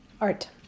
Art